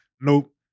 Nope